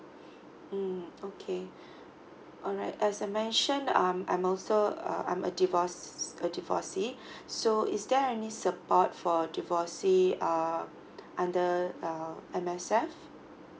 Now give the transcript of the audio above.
mm okay alright as I mention um I'm also uh I'm a divorce a divorcee so is there any support for divorcee uh under err M_S_F